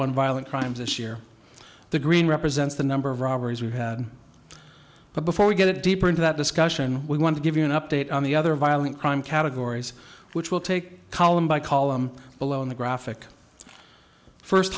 one violent crimes this year the green represents the number of robberies we had but before we get deeper into that discussion we want to give you an update on the other violent crime categories which will take column by column below in the graphic first